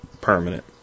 permanent